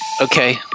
Okay